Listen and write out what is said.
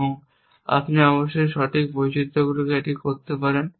এবং আপনি অবশ্যই সঠিক বৈচিত্রগুলিকে এটি করতে পারেন